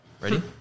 Ready